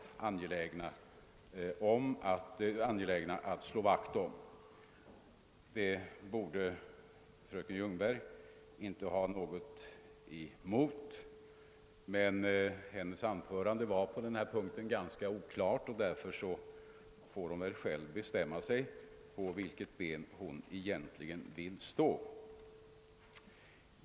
Den saken har vi velat slå vakt om, och det borde fröken Ljungberg inte ha något emot. Hennes anförande var emellertid på den punkten ganska oklart, och fröken Ljungberg får nu bestämma sig för vilket ben hon vill stå på.